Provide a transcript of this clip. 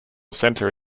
centre